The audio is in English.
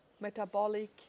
metabolic